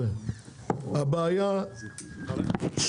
בשיטת הסלמי הייתה צריכה להיות הפרטה